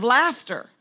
laughter